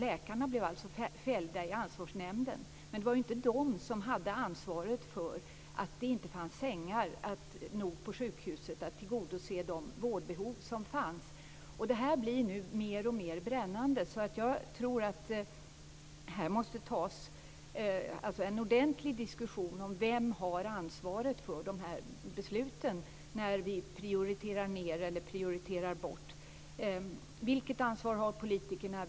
Läkarna blev sedan fällda i Ansvarsnämnden, men det var ju inte de som hade ansvaret för att det inte fanns sängar nog på sjukhuset för att tillgodose de vårdbehov som fanns. Denna fråga blir mer och mer brännande. Jag tror att det måste föras en ordentlig diskussion om vem som har ansvaret för besluten när vi prioriterar ned eller prioriterar bort. Vilket ansvar har politikerna?